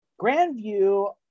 Grandview